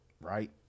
right